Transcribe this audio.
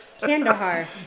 Kandahar